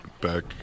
back